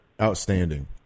outstanding